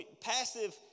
Passive